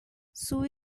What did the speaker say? sue